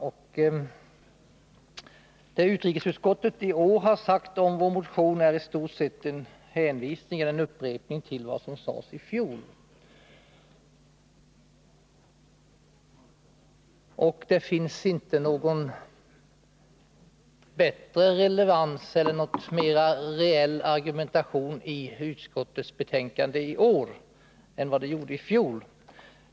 Vad utrikesutskottet i år har sagt om vår motion är istort sett en hänvisning till eller en upprepning av vad som sades i fjol — det finns inte någon bättre relevans eller någon mera reell argumentation i utskottets betänkande i år än det gjorde i fjol.